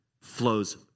flows